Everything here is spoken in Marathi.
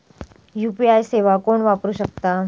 यू.पी.आय सेवा कोण वापरू शकता?